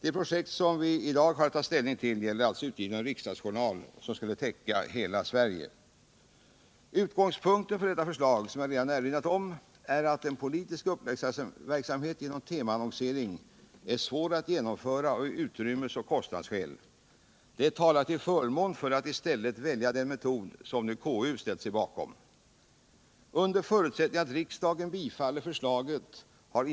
Det projekt som vi i dag har att ta ställning till gäller alltså utgivningen av en riksdagsjournal som skulle täcka hela Sverige. Utgångspunkten för detta förslag är, som jag erinrat om, att en politisk upplysningsverksamhet genom temaannonsering är svår att genomföra av utrymmes och kostnadsskäl. Detta talar till förmån för att i stället välja den metod som nu konstitutionsutskottet ställt sig bakom.